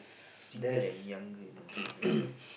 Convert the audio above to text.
single and younger and also that's what